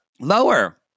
Lower